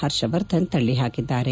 ಪರ್ಷವರ್ಧನ್ ತಳ್ಳಿಪಾಕಿದ್ದಾರೆ